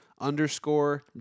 underscore